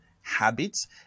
habits